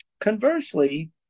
Conversely